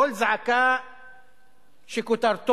קול זעקה שכותרתו: